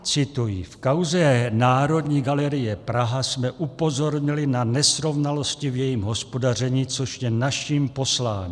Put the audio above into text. Cituji: V kauze Národní galerie Praha jsme upozornili na nesrovnalosti v jejím hospodaření, což je naším posláním.